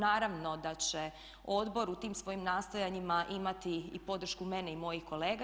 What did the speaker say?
Naravno da će odbor u tim svojim nastojanjima imati i podršku mene i mojih kolega.